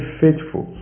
faithful